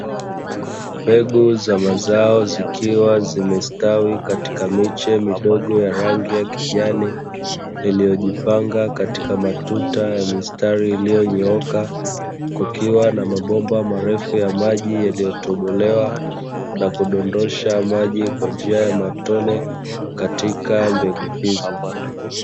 Mbegu za mazao zikiwa zimestawi katika miche midogo ya rangi ya kijani iliyojipanga katika matuta ya mistari iliyonyooka, kukiwa na mabomba marefu ya maji yaliyotobolewa na kudondosha maji kwa njia ya matone katika mbegu hizo.